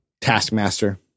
Taskmaster